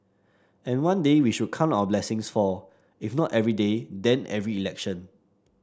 and one day we should count our blessings for if not every day then every election